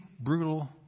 brutal